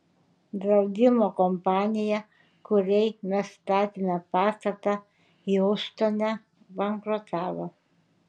draudimo kompanija kuriai mes statėme pastatą hjustone bankrutavo